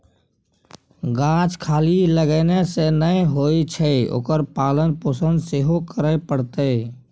गाछ खाली लगेने सँ नै होए छै ओकर पालन पोषण सेहो करय पड़तै